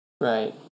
Right